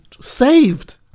saved